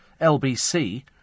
LBC